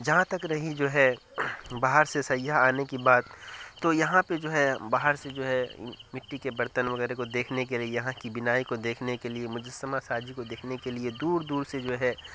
جہاں تک رہی جو ہے باہر سے سیاح آنے کی بات تو یہاں پہ جو ہے باہر سے جو ہے مٹی کے برتن وغیرہ کو دیکھنے کے لیے یہاں کی بنائی کو دیکھنے کے لیے مجسمہ سازی کو دیکھنے کے لیے دور دور سے جو ہے